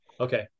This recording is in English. Okay